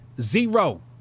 Zero